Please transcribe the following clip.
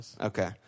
Okay